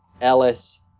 Ellis